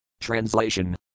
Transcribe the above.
Translation